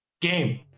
Game